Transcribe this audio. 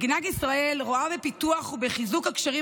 מדינת ישראל רואה בפיתוח ובחיזוק הקשרים